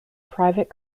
private